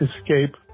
escape